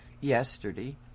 yesterday